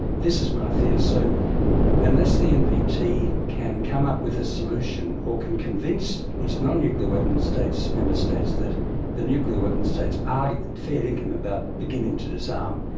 this is my fear, so unless the npt can come up with a solution or can convince its non-nuclear weapons states, member states, that the nuclear weapon states are fair dinkum about beginning to disarm,